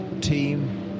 team